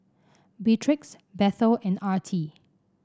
Beatrix Bethel and Artie